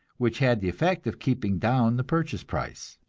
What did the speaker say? which had the effect of keeping down the purchase price.